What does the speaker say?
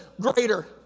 greater